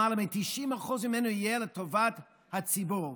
למעלה מ-90% ממנו יהיה לטובת הציבור.